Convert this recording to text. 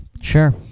Sure